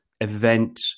event